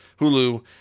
Hulu